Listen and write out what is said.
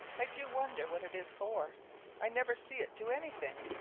i do wonder what it is for i never see it do anything.